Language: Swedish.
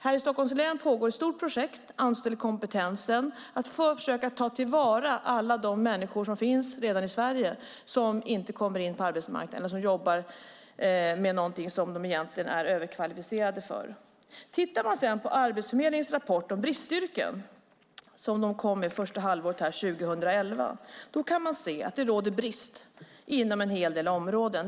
Här i Stockholms län pågår ett stort projekt, Anställ kompetensen, för att försöka ta till vara alla de människor som redan finns i Sverige och som inte kommer in på arbetsmarknaden eller som jobbar med någonting som de egentligen är överkvalificerade för. Om man tittar på Arbetsförmedlingens rapport om bristyrken som de kom med det första halvåret 2011 kan man se att det råder brist inom en hel del områden.